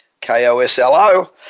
K-O-S-L-O